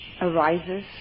arises